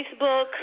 Facebook